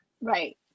Right